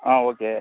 ஆ okay